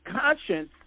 conscience